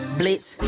blitz